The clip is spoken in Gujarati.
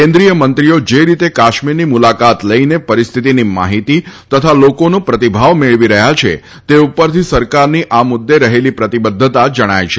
કેન્દ્રીય મંત્રીઓ જે રીતે કાશ્મીરની મુલાકાત લઈને પરિસ્થિતિની માહિતી તથા લોકોનો પ્રતિભાવ મેળવી રહ્યા છે તે ઉપરથી સરકારની આ મુદ્દે રહેલી પ્રતિબદ્ધતા જણાય છે